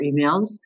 emails